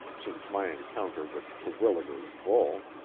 since my encounter with terwilliger's bull.